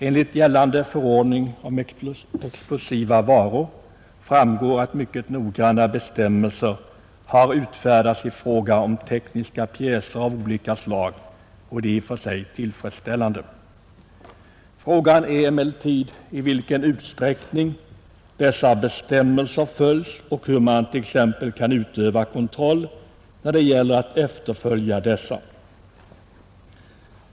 Enligt gällande förordning om explosiva varor råder mycket noggranna bestämmelser i fråga om tekniska pjäser av olika slag, och det är i och för sig tillfredsställande. Frågan är emellertid i vilken utsträckning dessa bestämmelser följs och hur man t.ex. kan utöva kontroll härvidlag.